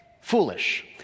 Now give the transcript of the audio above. Foolish